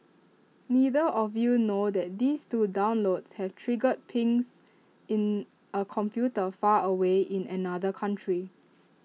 neither of you know that these two downloads have triggered pings in A computer far away in another country